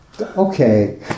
Okay